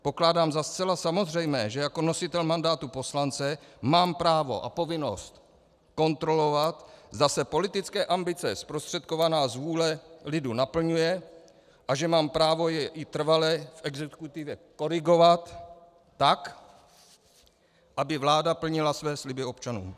Pokládám za zcela samozřejmé, že jako nositel mandátu poslance mám právo a povinnost kontrolovat, zda se politická ambice zprostředkovaná z vůle lidu naplňuje, a že mám právo ji i trvale v exekutivě korigovat tak, aby vláda plnila své sliby občanům.